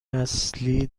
نسلی